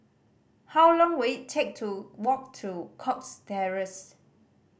how long will it take to walk to Cox Terrace